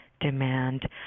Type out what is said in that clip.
demand